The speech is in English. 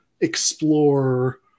explore